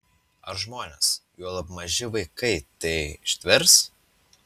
ar žmonės juolab maži vaikai tai ištvers